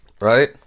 Right